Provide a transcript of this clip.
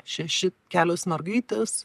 šeši kelios mergaitės